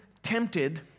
tempted